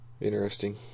Interesting